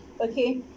Okay